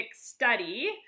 study